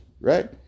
right